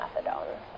methadone